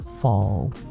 fall